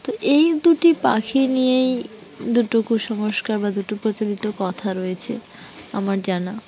তো এই দুটি পাখি নিয়েই দুটো কুসংস্কার বা দুটো প্রচলিত কথা রয়েছে আমার জানা